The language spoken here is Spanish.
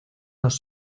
los